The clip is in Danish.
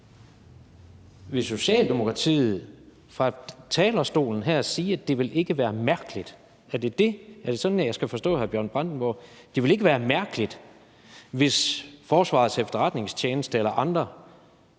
Vil Socialdemokratiet fra talerstolen her sige, at det ikke ville være mærkeligt – er det sådan, jeg skal forstå hr. Bjørn Brandenborg? – hvis Forsvarets Efterretningstjeneste eller andre